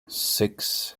six